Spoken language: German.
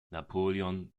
napoleon